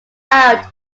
out